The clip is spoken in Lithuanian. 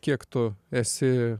kiek tu esi